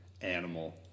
animal